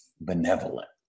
benevolent